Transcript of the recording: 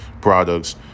products